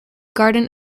garden